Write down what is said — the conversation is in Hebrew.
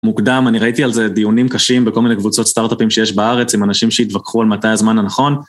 מוקדם, אני ראיתי על זה דיונים קשים בכל מיני קבוצות סטארט-אפים שיש בארץ עם אנשים שהתווכחו על מתי הזמן הנכון.